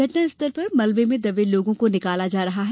घटना स्थल पर मलवे में दबे लोगों को निकाला जा रहा है